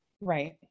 Right